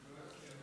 נתקבל.